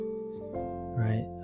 right